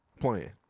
playing